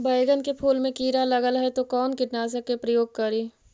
बैगन के फुल मे कीड़ा लगल है तो कौन कीटनाशक के प्रयोग करि?